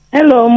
Hello